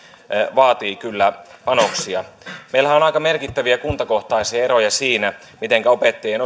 vaatii kyllä panoksia meillähän on on aika merkittäviä kuntakohtaisia eroja siinä mitenkä opettajien